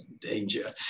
danger